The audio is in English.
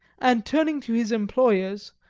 and turning to his employers,